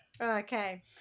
Okay